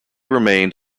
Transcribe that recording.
remained